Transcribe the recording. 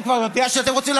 שנייה, דקה.